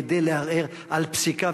כדי לערער על פסיקה.